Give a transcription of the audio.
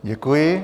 Děkuji.